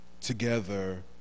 Together